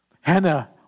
Hannah